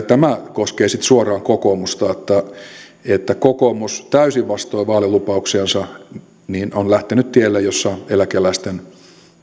tämä koskee sitten suoraan kokoomusta kokoomus täysin vastoin vaalilupauksiansa on lähtenyt tielle jolla eläkeläisten